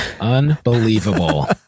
Unbelievable